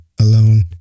alone